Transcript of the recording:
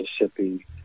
Mississippi